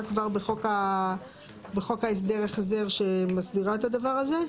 כבר בחוק הסדר ההחזר שמסדירה את הדבר הזה.